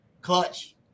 Clutch